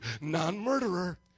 Non-murderer